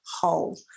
whole